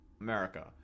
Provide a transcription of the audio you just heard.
America